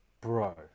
bro